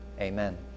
Amen